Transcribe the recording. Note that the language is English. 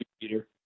Peter